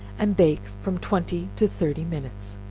and bake from twenty to thirty minutes